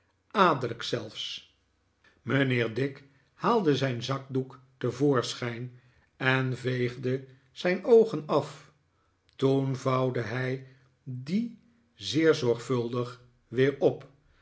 adellijk zelfs mijnheer dick haalde zijn zakdoek te voorschijn en veegde zijn oogen af toen vouwde hij dien zeer zorgvuldig weer op